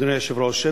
אדוני היושב-ראש,